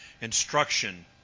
instruction